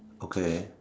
okay